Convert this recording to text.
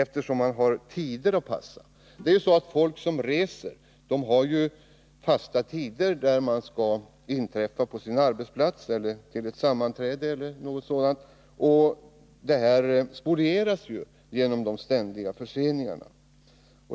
Folk som reser har nämligen för det mesta fasta tider att passa — man skall inträffa på sin arbetsplats, till ett sammanträde e.d. på en bestämd tidpunkt. Detta spolieras genom de ständiga förseningarna.